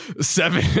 seven